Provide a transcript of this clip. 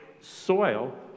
soil